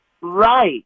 Right